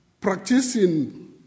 practicing